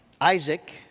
Isaac